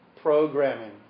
programming